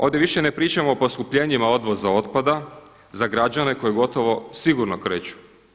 Ovdje više ne pričamo o poskupljenjima odvoza otpada za građane koji gotovo sigurno kreću.